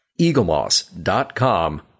eaglemoss.com